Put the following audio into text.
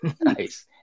Nice